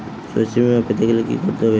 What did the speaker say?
শষ্যবীমা পেতে গেলে কি করতে হবে?